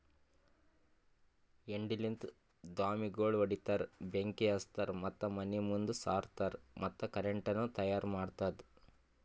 ಹೆಂಡಿಲಿಂತ್ ದ್ವಾಮಿಗೋಳ್ ಹೊಡಿತಾರ್, ಬೆಂಕಿ ಹಚ್ತಾರ್ ಮತ್ತ ಮನಿ ಮುಂದ್ ಸಾರುಸ್ತಾರ್ ಮತ್ತ ಕರೆಂಟನು ತೈಯಾರ್ ಮಾಡ್ತುದ್